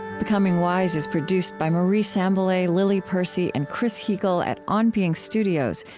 becoming wise is produced by marie sambilay, lily percy, and chris heagle at on being studios,